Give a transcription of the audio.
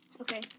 Okay